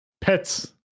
pets